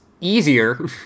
easier